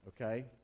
okay